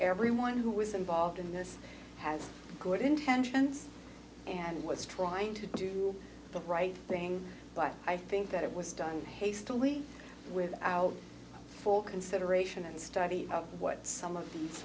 everyone who was involved in this has good intentions and was trying to do the right thing but i think that it was done to hastily without full consideration and study of what some of these